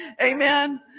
Amen